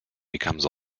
becomes